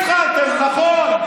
אתם התחלתם, נכון,